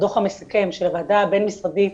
הדוח המסכם של הוועדה הבין משרדית